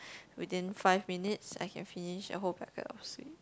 within five minutes I can finish a whole packet of sweets